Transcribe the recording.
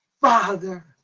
Father